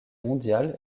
mondial